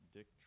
Dick